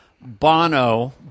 Bono